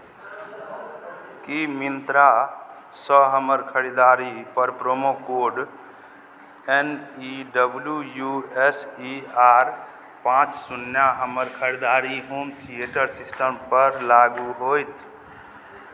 की मिन्त्रासँ हमर खरीददारीपर promo code N E W U S E R पाँच शून्य हमर खरीददारी होम थिएटर सिस्टमपर लागू होयत